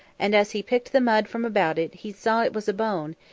and as he picked the mud from about it, he saw it was a bone,